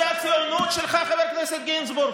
זו הציונות שלך, חבר הכנסת גינזבורג?